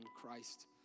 Christ